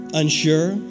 unsure